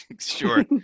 Sure